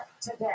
today